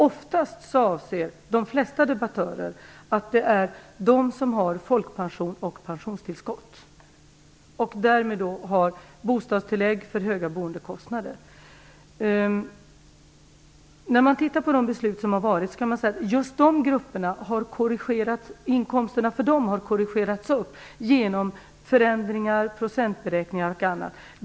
Oftast avser de flesta debattörer dem som har folkpension och pensionstillskott och därmed har bostadstillägg för höga boendekostnader. När man tittar på de beslut som har fattats kan man se att just inkomsterna för de grupperna har korrigerats upp genom förändringar, procentberäkningar och annat.